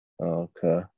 Okay